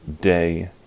day